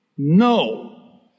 No